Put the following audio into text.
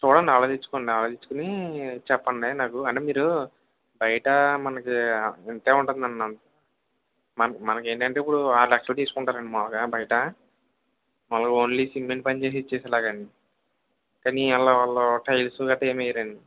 చూడండి ఆలోచిచ్చుకోండి ఆలోచించుకోనీ చెప్పండి నాకు అంటే మీరు బయటా మనకి ఇంతే ఉంటుందండి మ మనకేంటంటే ఇప్పుడు ఆరు లక్షలు తీసుకుంటారండి మాములుగా బయట మాములుగా ఓన్లీ సిమెంట్ పని చేసిచ్చేసేలాగ అండి కానీ అలా వాళ్ళు టైల్సు గట్ట ఏం వెయ్యరండి